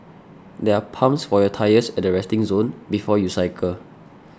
there are pumps for your tyres at the resting zone before you cycle